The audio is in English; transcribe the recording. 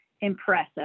impressive